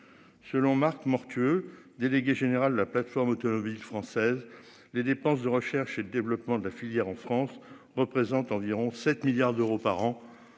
Selon Marc morte UE délégué général la plateforme automobile française. Les dépenses de recherche et le développement de la filière en France représente environ 7 milliards d'euros par an